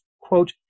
quote